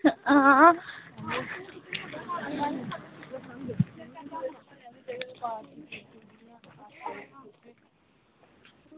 आं